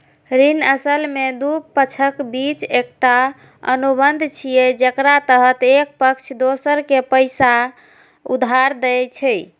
ऋण असल मे दू पक्षक बीच एकटा अनुबंध छियै, जेकरा तहत एक पक्ष दोसर कें पैसा उधार दै छै